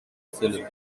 film